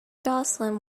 jocelyn